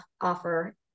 offer